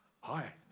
Hi